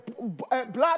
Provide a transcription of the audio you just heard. blood